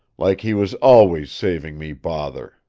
like he was always saving me bother.